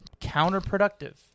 counterproductive